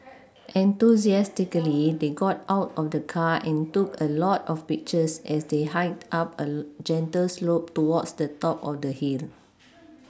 enthusiastically they got out of the car and took a lot of pictures as they hiked up a gentle slope towards the top of the hill